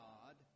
God